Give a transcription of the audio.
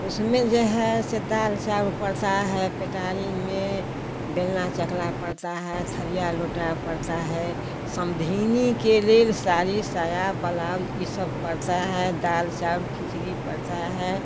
उसमें जो है सो दाल चाउर पड़ता है पेटारी में बेलना चकला पड़ता है थरिया लोटा पड़ता है समधिनी के लिए साड़ी साया ब्लाउज़ यह सब पड़ता है दाल चाउर खिचड़ी पड़ती है